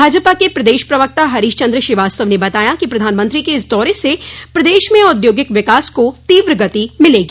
भाजपा के प्रदेश प्रवक्ता हरीश चन्द्र श्रीवास्तव ने बताया कि प्रधानमंत्री के इस दौरे से प्रदेश में औद्योगिक विकास को गति मिलेगी